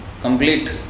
complete